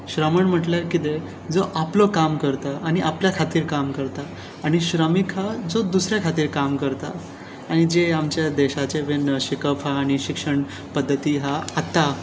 श्रामण म्हणल्यार कितें जो आपलो काम करता आनी आपल्या खातीर काम करता आनी श्रामीक हा जो दुसऱ्या खातीर काम करता आनी जें आमचें देशाचें बीन शिकप आनी शिक्षण पद्दती हा आतां